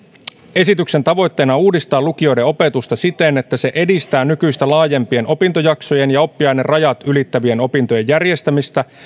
esityksen tavoitteena on uudistaa lukioiden opetusta siten että se edistää nykyistä laajempien opintojaksojen ja oppiainerajat ylittävien opintojen järjestämistä